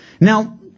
Now